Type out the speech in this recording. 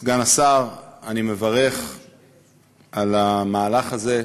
סגן השר, אני מברך על המהלך הזה.